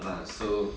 ya so